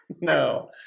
No